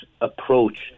approach